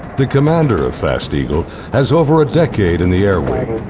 the commander of fast eagle has over a decade in the air wing.